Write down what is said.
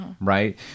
Right